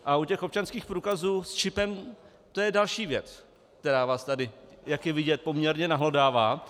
A u těch občanských průkazů s čipem, to je další věc, která vás tady, jak je vidět, poměrně nahlodává.